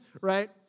right